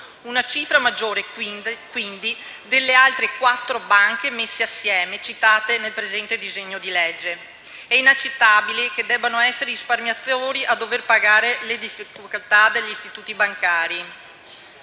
una cifra maggiore, quindi, a quella delle altre quattro banche messe assieme citate nel presente disegno di legge. È inaccettabile che debbano essere i risparmiatori a dover pagare le difficoltà degli istituti bancari.